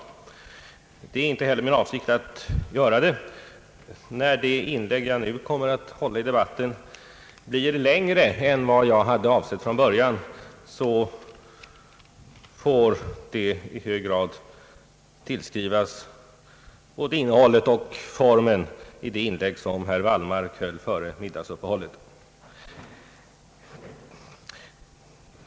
Det är inte heller min avsikt att göra det. När det anförande jag nu kommer att hålla i debatten blir längre än vad jag hade avsett från början, får det i hög grad tillskrivas både innehållet och formen i det inlägg som herr Wallmark gjorde före middagsuppehållet.